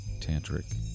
tantric